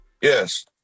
yes